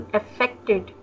affected